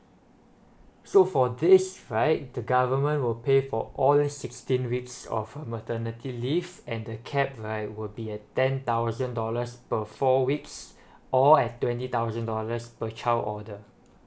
so for this right the government will pay for all the sixteen weeks of her maternity leave and the cap like would be at ten thousand dollars per four weeks or at twenty thousand dollars per child order